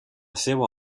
seva